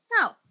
No